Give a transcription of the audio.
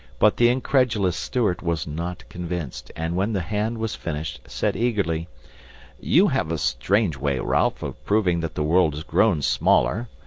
but the incredulous stuart was not convinced, and when the hand was finished, said eagerly you have a strange way, ralph, of proving that the world has grown smaller.